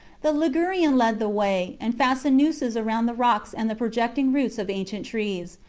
the ligurian led the way and fastened nooses round the rocks and the pro jecting roots of ancient trees,